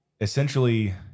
essentially